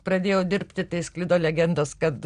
pradėjau dirbti tai sklido legendos kad